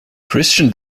christian